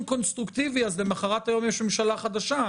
קונסטרוקטיבי אז למוחרת היום יש ממשלה חדשה,